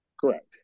Correct